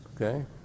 okay